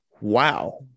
wow